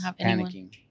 panicking